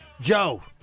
Joe